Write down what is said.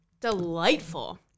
Delightful